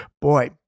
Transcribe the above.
boy